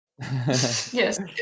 Yes